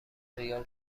ریال